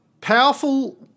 powerful